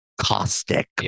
caustic